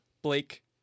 blake